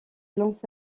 lance